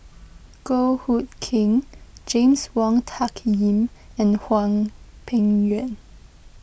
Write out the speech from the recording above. Goh Hood Keng James Wong Tuck Yim and Hwang Peng Yuan